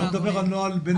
אתה מדבר על נוהל בין-משרדי.